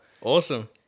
Awesome